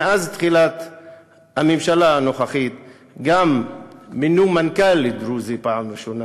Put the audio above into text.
מאז תחילת כהונת הממשלה הנוכחית גם מינו מנכ"ל דרוזי בפעם הראשונה,